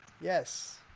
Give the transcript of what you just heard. yes